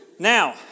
Now